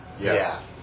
Yes